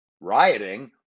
rioting